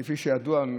כפי שידוע,